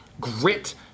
grit